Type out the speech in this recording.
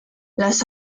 las